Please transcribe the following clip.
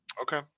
Okay